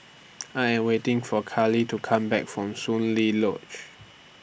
I Am waiting For Karlie to Come Back from Soon Lee Lodge